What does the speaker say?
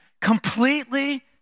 Completely